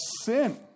sin